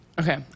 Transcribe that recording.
Okay